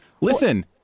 Listen